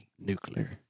Nuclear